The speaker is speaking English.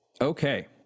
Okay